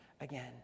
again